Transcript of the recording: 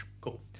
Cool